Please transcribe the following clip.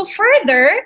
further